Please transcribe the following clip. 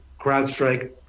CrowdStrike